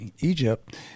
Egypt